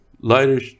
lighter